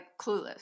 clueless